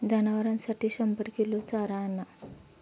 जनावरांसाठी शंभर किलो चारा आणा